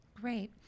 Great